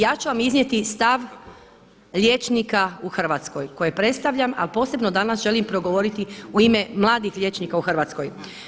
Ja ću vam iznijeti stav liječnika u Hrvatskoj koje predstavljam ali posebno danas želim progovoriti u ime mladih liječnika u Hrvatskoj.